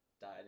died